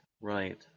right